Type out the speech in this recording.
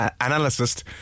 analyst